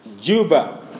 Juba